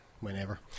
Whenever